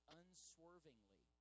unswervingly